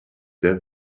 der